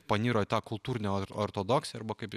paniro į tą kultūrinio ortodoksiją arba kaip